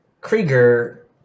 Krieger